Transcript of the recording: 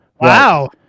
Wow